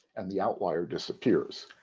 and the outlier disappears.